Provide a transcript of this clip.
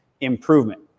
improvement